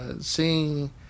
seeing